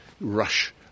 rush